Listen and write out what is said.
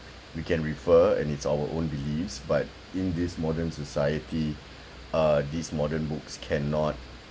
we can refer and it's our own beliefs but in this modern society uh these modern books cannot